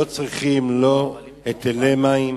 ולא צריכים לא היטלי מים